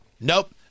Nope